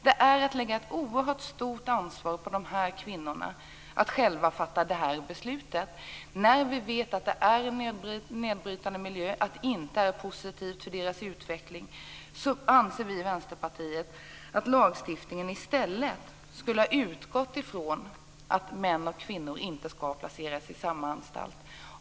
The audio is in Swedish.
Det är att lägga ett oerhört stort ansvar på de här kvinnorna att de själva får fatta detta beslut när vi vet att det är en nedbrytande miljö och att det inte är positivt för deras utveckling. Då anser vi i Vänsterpartiet att lagstiftningen i stället borde ha utgått från att män och kvinnor inte skall placeras på samma anstalt.